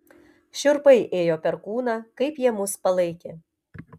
šiurpai ėjo per kūną kaip jie mus palaikė